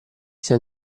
sia